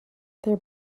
their